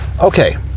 Okay